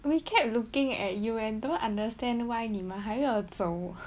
we kept looking at you and don't understand why 你们还要走